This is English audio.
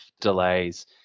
delays